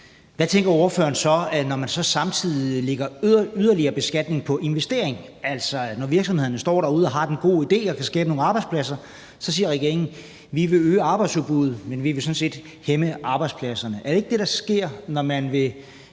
hvad tænker ordføreren så, når man så samtidig lægger yderligere beskatning på investering? Når virksomhederne står derude og har den gode idé og kan skabe nogle arbejdspladser, så siger regeringen: Vi vil øge arbejdsudbuddet, men vi vil sådan set også hæmme arbejdspladserne. Er det ikke det, der sker, når man vil